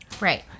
Right